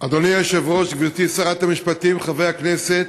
אדוני היושב-ראש, גברתי שרת המשפטים, חברי הכנסת,